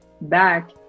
back